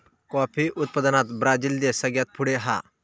coffee उत्पादनात Brazil देश सगळ्यात पुढे हा